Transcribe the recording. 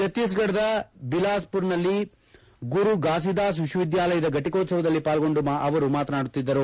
ಛತ್ತೀಸ್ಗಢದ ಬಿಲಾಸ್ಮರ್ನಲ್ಲಿ ಗುರು ಫಾಸಿದಾಸ್ ವಿಶ್ವವಿದ್ಯಾಲಯದ ಘಟಿಕೋತ್ಸವದಲ್ಲಿ ಪಾಲ್ಗೊಂಡು ಅವರು ಮಾತನಾಡುತ್ತಿದ್ದರು